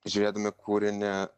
žiūrėdami kūrinį